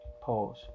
pause